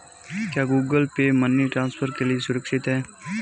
क्या Google Pay money transfer के लिए सुरक्षित है?